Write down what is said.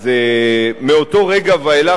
אז מאותו רגע ואילך,